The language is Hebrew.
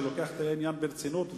שלוקח את העניין ברצינות,